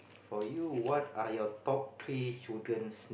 for you what are your top three childrens